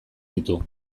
ditu